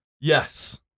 Yes